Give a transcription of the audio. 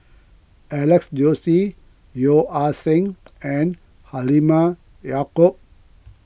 Alex Josey Yeo Ah Seng and Halimah Yacob